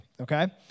okay